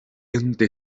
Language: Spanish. ente